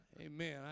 Amen